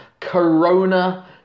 corona